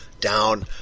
down